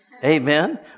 Amen